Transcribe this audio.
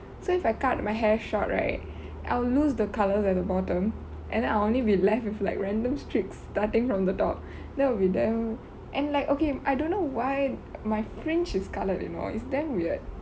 so if I cut my hair short right I'll lose the colours at the bottom and I'll only be left with like random strips starting from the top that would be damn and like okay I don't know why my fringe is colored you know it's damn weird